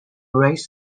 race